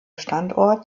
standort